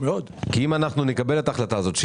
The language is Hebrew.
אם נקבל את ההחלטה הזאת,